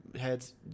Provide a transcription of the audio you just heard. heads